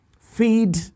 feed